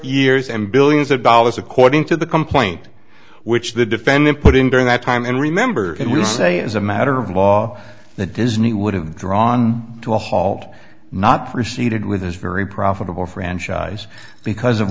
years and billions of dollars according to the complaint which the defendant put in during that time and remember it will say as a matter of law that disney would have drawn to a halt not proceeded with his very profitable franchise because of